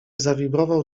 zawibrował